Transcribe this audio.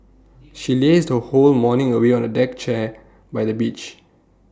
she lazed her whole morning away on A deck chair by the beach